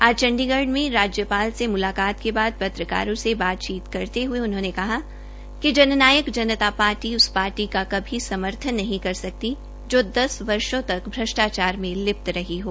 आज चंडीगढ़ में राज्यपाल से मुलाकात के बाद पत्रकारों से बातचीत करते हुये उन्होंने कहा कि जन नायक जनता पार्टी उस पार्टी का कभी समर्थन नहीं कर सकता जो दस वर्षो तक श्रष्टाचार में लिप्त रहे हो